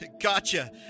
Gotcha